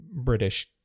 British